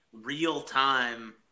real-time